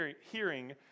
hearing